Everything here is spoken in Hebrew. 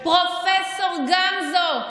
איזה מין, פרופ' גמזו,